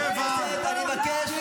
רוצה להגיד לכם מה ההבדל.